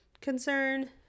concern